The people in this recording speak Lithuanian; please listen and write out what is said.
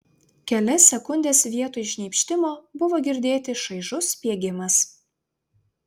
kelias sekundes vietoj šnypštimo buvo girdėti šaižus spiegimas